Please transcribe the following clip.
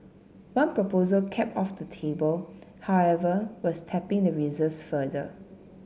one proposal kept off the table however was tapping the reserves further